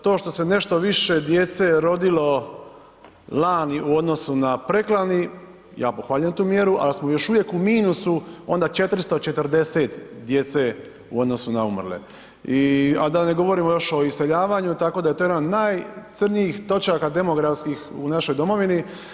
To što se nešto više djece rodilo lani u odnosu na preklani, ja pohvaljujem tu mjeru, ali smo još uvijek u minusu onda 440 djece u odnosu na umrle, a da ne govorimo još o iseljavanju, tako da je to jedan od najcrnjih točaka demografskih u našoj domovini.